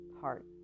heart